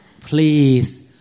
please